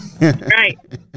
right